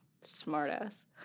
Smartass